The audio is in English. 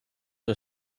are